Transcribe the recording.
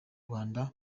rwanda